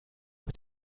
mit